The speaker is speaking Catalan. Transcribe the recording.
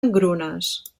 engrunes